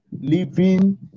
living